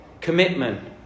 commitment